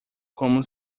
como